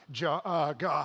God